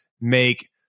make